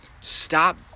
Stop